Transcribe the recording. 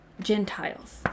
Gentiles